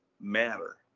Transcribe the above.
matter